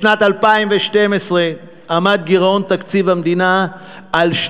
בשנת 2012 עמד גירעון תקציב המדינה על,